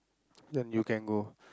then you can go